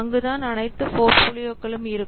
அங்கு தான் அனைத்து போர்ட்போலியோ இருக்கும்